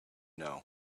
know